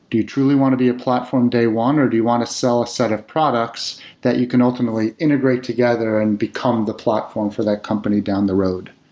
do you truly want to be a platform day one, or do you want to sell a set of products that you can ultimately integrate together and become the platform for that company down the road?